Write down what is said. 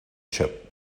chip